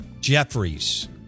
Jeffries